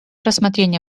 рассмотрения